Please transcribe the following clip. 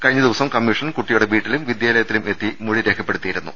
കഴിഞ്ഞ ദിവസം കമ്മീഷൻ കുട്ടിയുടെ വീട്ടിലും വിദ്യാലയത്തിലും എത്തി മൊഴി രേഖപ്പെടുത്തിയിരുന്നു